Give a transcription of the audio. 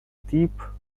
deep